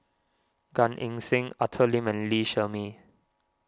Gan Eng Seng Arthur Lim and Lee Shermay